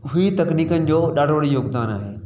free तकनीकनि जो ॾाढो योगदानु आहे